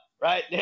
right